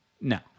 No